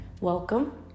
welcome